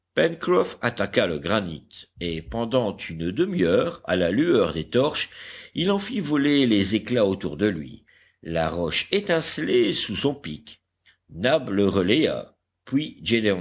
attaqua le granit et pendant une demi-heure à la lueur des torches il en fit voler les éclats autour de lui la roche étincelait sous son pic nab le relaya